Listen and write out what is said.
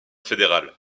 fédéral